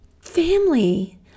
family